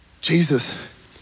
Jesus